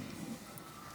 וקולע.